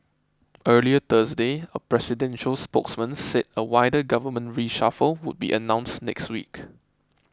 earlier Thursday a presidential spokesman said a wider government reshuffle would be announced next week